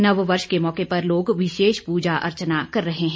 नव वर्ष के मौके पर लोग विशेष पूजा अर्चना कर रहे हैं